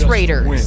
Raiders